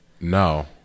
No